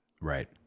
Right